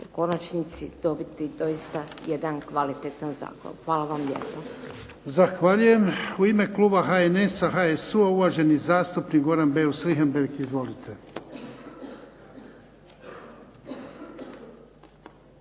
konačnici dobiti doista jedan kvalitetan zakon. Hvala vam lijepa.